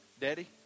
Daddy